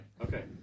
Okay